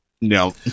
no